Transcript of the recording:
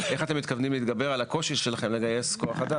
אז איך אתם מתכננים להתגבר על הקושי שלכם לגייס אנשים מקצועיים?